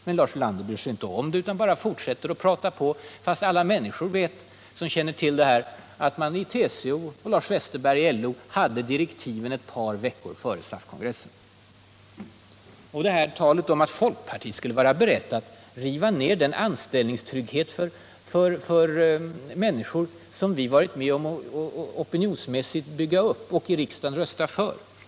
Men Lars Ulander bryr sig inte om hur det förhåller sig utan han fortsätter att prata på, fastän alla människor som känner till det här vet att man i TCO och LO hade direktiven ett par veckor före SAF-kongressen. Sedan till insinuationerna om att folkpartiet skulle vara berett att riva ned den anställningstrygghet för människor som vi varit med om att opinionsmässigt bygga upp och i riksdagen rösta för.